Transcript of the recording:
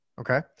Okay